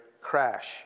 crash